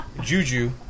Juju